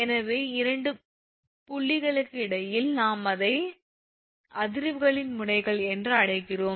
எனவே 2 புள்ளிகளுக்கு இடையில் நாம் அதை அதிர்வுகளின் முனைகள் என்று அழைக்கிறோம்